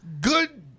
Good